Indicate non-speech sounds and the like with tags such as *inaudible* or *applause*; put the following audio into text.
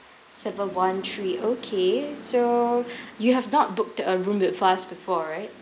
seven one three okay so *breath* you have not booked a room with us before right